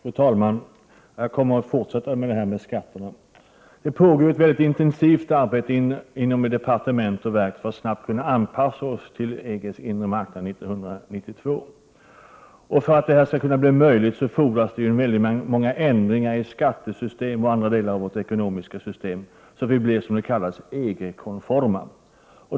Fru talman! Jag kommer att fortsätta att ta upp detta med skatterna. Det pågår ett intensivt arbete inom departement och verk för att snabbt kunna anpassa oss till EG:s inre marknad 1992. För att det skall kunna bli möjligt fordras många ändringar i skattesystem och andra delar av vårt ekonomiska system, så att vi blir, som det kallas, EG-konforma.